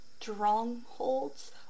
strongholds